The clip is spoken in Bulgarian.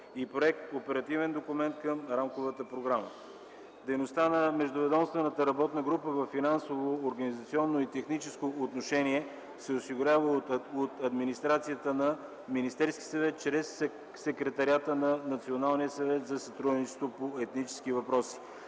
и проект „Оперативен документ към Рамковата програма”. Дейността на междуведомствената работна група във финансово, организационно и техническо отношение се осигурява от администрацията на Министерския съвет чрез секретариата на Националния съвет за сътрудничество по етнически въпроси.